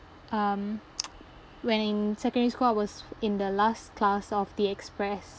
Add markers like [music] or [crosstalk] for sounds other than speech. um [noise] when in secondary school I was in the last class of the express